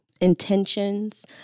intentions